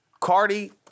Cardi